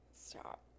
Stop